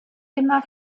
immer